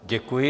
Děkuji.